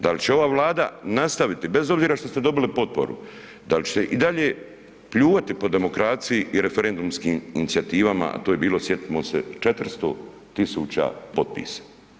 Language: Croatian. Da li će ova Vlada nastaviti, bez obzira što ste dobili potporu, da li ćete i dalje pljuvati po demokraciji i referendumskim inicijativama, a to je bilo, sjetimo se, 400 tisuća potpisa.